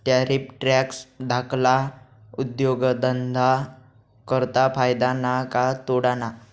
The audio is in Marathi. टैरिफ टॅक्स धाकल्ला उद्योगधंदा करता फायदा ना का तोटाना?